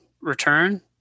return